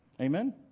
Amen